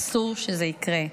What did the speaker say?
אסור שזה יקרה.